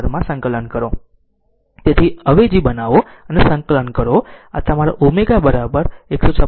તેથી અહીં અવેજી બનાવો અને સંકલન કરો તમારા ઓમેગા 156